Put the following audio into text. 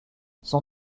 son